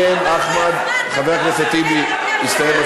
סליחה, חבר הכנסת מוטי יוגב.